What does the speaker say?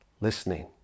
listening